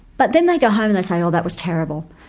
but then they go home and they say oh that was terrible,